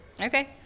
Okay